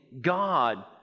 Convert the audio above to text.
God